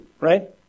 right